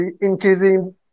increasing